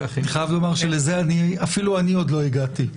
אני חייב לומר שלזה אפילו אני עוד לא הגעתי.